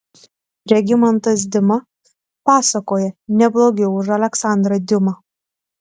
regimantas dima pasakoja ne blogiau už aleksandrą diuma